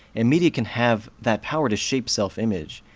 and media can have that power to shape self-image.